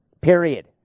period